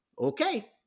Okay